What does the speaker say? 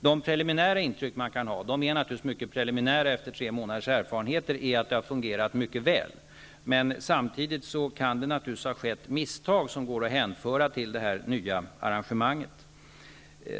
Det preliminära intrycket efter tre månaders erfarenheter är att det har fungerat mycket väl, men samtidigt kan det naturligtvis ha skett misstag som går att hänföra till det nya arrangemanget.